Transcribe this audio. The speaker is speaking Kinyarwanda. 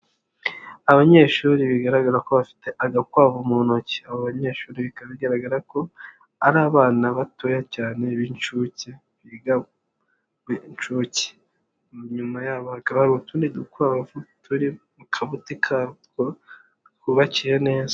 Abanyeshuri bigaragara ko bafite agakwavu mu ntoki, abo banyeshuri bikaba bigaragara ko ari abana batoya cyane b'inshuke, biga mu inshuke, inyuma yabo hakaba hari utundi dukwavu turi mu kabuti katwo twubakiye neza.